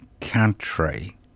country